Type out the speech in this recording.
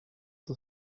the